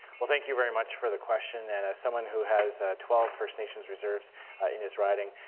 well, thank you very much for the question. and as someone who has twelve first nations reserves in his riding,